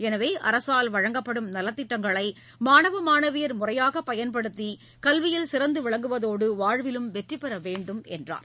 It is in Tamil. எனவே அரசால் வழங்கப்படும் நலத்திட்டங்களை மாணவ மாணவியர் முறையாக பயன்படுத்தி கல்வியில் சிறந்து விளங்குவதோடு வாழ்விலும் வெற்றி பெற வேண்டும் என்றார்